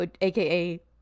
aka